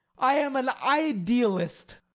i am an idealist.